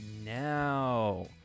now